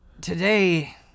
today